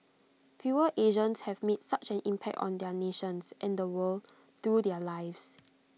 fewer Asians have made such an impact on their nations and the world through their lives